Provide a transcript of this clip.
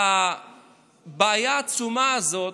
לבעיה העצומה הזאת,